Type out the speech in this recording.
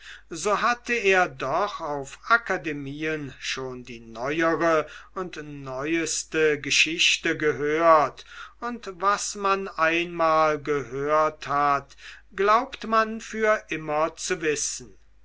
so hatte er doch auf akademien schon die neuere und neueste geschichte gehört und was man einmal gehört hat glaubt man für immer zu wissen